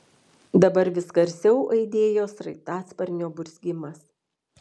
dabar vis garsiau aidėjo sraigtasparnio burzgimas